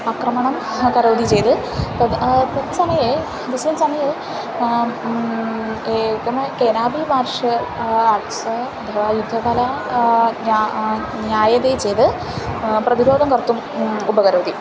आक्रमणं ह करोति चेत् तत् तत् समये तस्मिन् समये एकमे केनापि मार्शल् आर्ट्स् युद्धकला ज्ञा ज्ञायते चेत् प्रतिरोधं कर्तुम् उपकरोति